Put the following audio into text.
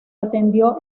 atendió